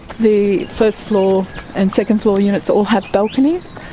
the first floor and second floor units all have balconies,